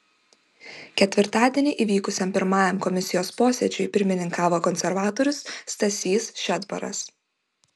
ketvirtadienį įvykusiam pirmajam komisijos posėdžiui pirmininkavo konservatorius stasys šedbaras